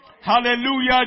Hallelujah